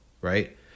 right